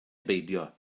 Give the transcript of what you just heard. beidio